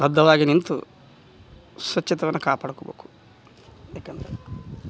ಬದ್ಧವಾಗಿ ನಿಂತು ಸ್ವಚ್ಛತಯನ್ನ ಕಾಪಾಡ್ಕೊಬೇಕು ಯಾಕಂದ್ರೆ